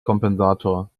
kompensator